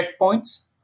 checkpoints